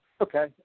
Okay